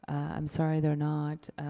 i'm sorry they're not.